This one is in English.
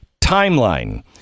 timeline